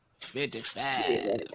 55